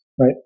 right